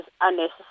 unnecessary